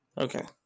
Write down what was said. Okay